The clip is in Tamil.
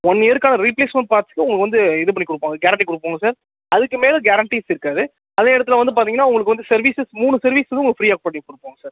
ஒன் இயருக்கான ரீப்ளேஸ்மெண்ட் பார்ட்ஸ்க்கு உங்களுக்கு வந்து இது பண்ணிக்கொடுப்போம் கேரண்ட்டி கொடுப்போங்க சார் அதுக்கு மேலே கேரண்ட்டீஸ் இருக்காது அதே நேரத்தில் வந்து பார்த்தீங்கன்னா உங்களுக்கு வந்து சர்வீஸஸ் மூணு சர்வீஸ் வந்து உங்களுக்கு ஃபிரீயாக பண்ணி கொடுப்போங்க சார்